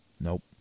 nope